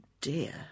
dear